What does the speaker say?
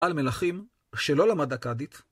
על מלכים, שלא למד אכדית.